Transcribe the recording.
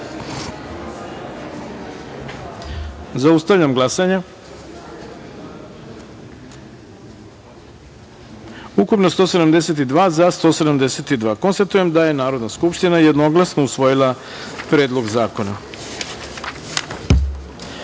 taster. Zaustavljam glasanje: Ukupno - 172, za – 172.Konstatujem da je Narodna skupština jednoglasno usvojila Predlog zakona. Deseta